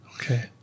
Okay